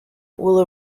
will